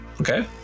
Okay